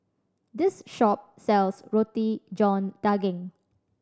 this shop sells Roti John Daging